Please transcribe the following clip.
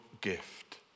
gift